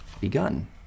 begun